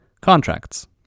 contracts